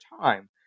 time